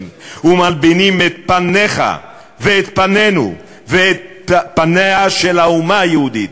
ומלבינים את פניך ואת פנינו ואת פניה של האומה היהודית.